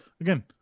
Again